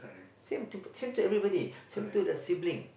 same to same to everybody same to the sibling